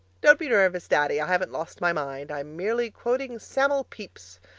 don't be nervous, daddy i haven't lost my mind i'm merely quoting sam'l pepys.